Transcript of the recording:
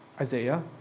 Isaiah